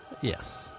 yes